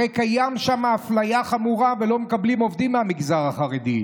הרי קיימת שם אפליה חמורה ולא מקבלים עובדים מהמגזר החרדי.